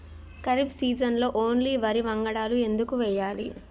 ఖరీఫ్ సీజన్లో ఓన్లీ వరి వంగడాలు ఎందుకు వేయాలి?